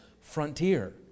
frontier